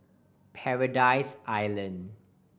Paradise Island